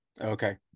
okay